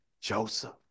Joseph